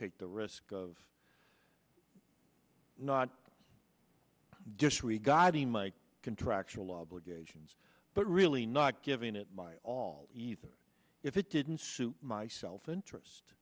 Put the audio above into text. take the risk of not disregarding my contractual obligations but really not giving it my all even if it didn't suit my self interest